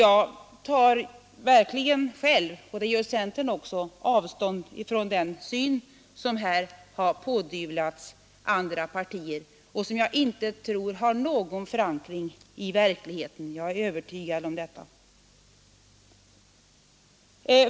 Jag tar verkligen själv — och det gör centern också avstånd från den syn som här har pådyvlats andra partier och som jag är övertygad om inte har någon förankring i verkligheten.